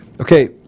Okay